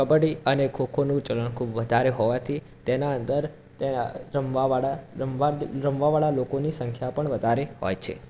કબડ્ડી અને ખોખોનું ચલણ વધારે હોવાથી તેના અંદર તે રમવાવાળા રમવા રમવાવાળા લોકોની સંખ્યા પણ વધારે હોય છે